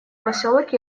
поселок